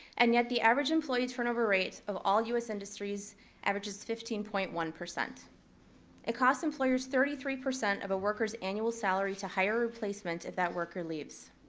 and yet the average employee turnover rate of all us industries averages fifteen point one. it costs employers thirty three percent of a worker's annual salary to hire a replacement if that worker leaves.